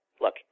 look